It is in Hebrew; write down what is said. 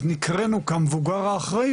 אז נקראנו כמבוגר האחראי,